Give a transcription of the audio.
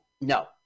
No